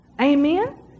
Amen